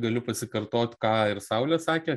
galiu pasikartot ką ir saulius sakė